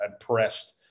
impressed